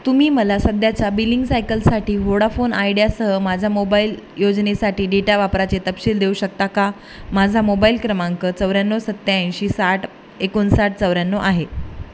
तुम्ही मला सध्याच्या बिलिंग सायकलसाठी होडाफोन आयडियासह माझा मोबाईल योजनेसाठी डेटा वापराचे तपशील देऊ शकता का माझा मोबाईल क्रमांक चौऱ्याण्णव सत्याऐंशी साठ एकोणसाठ चौऱ्याण्णव आहे